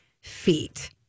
feet